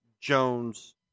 Jones